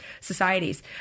societies